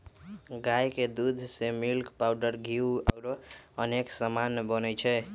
गाई के दूध से मिल्क पाउडर घीउ औरो अनेक समान बनै छइ